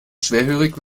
schwerhörig